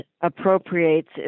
appropriates